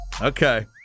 Okay